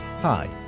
Hi